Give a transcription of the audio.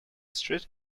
street